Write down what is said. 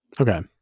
Okay